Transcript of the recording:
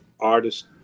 artist